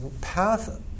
path